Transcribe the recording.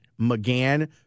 McGann